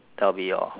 that'll be all